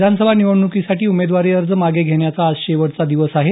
विधानसभा निवडणुकीसाठी उमेदवारी अर्ज मागे घेण्याचा आज शेवटचा दिवस आहे